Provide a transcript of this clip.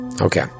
Okay